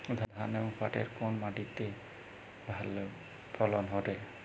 ধান এবং পাটের কোন মাটি তে ভালো ফলন ঘটে?